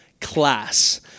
class